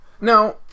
Now